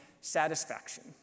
satisfaction